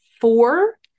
four